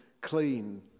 clean